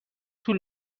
طول